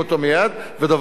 ודבר שני,